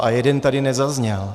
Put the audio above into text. A jeden tady nezazněl.